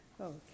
Okay